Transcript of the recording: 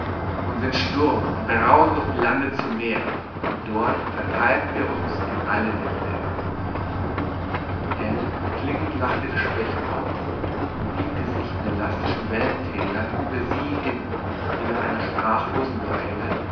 und sind sturm und brausen durch die lande zum meer und dort verteilen wir uns in alle winde hell und klingend lachte der specht auf und wiegte sich in elastischen wellentälern über sie hin die nach einer sprachlosen weile